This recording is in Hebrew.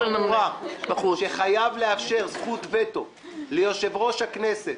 ברורה שחייב לאפשר זכות וטו ליושב-ראש הכנסת